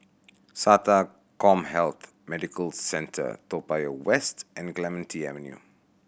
SATA CommHealth Medical Centre Toa Payoh West and Clementi Avenue